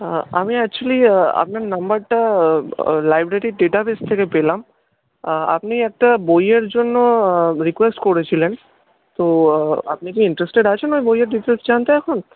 আমি অ্যাকচুয়ালি আপনার নম্বরটা লাইব্রেরির ডেটাবেস থেকে পেলাম আপনি একটা বইয়ের জন্য রিকোয়েস্ট করেছিলেন তো আপনি কি ইন্টারেস্টেড আছেন ওই বইয়ের ডিটেলস জানতে এখন